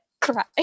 cry